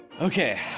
okay